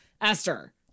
Esther